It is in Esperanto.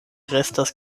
restas